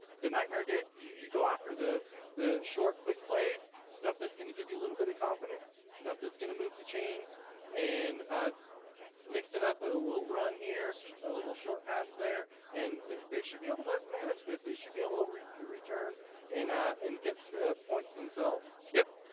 the nightmare did you go after the the short quick plays stuff that's going to give you a little bit of confidence stuff that's going to move two chains and mix it up with a little run here a little short pass there and they should be able to manage this they should be able to read the return and and gets points themselves yep,